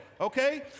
okay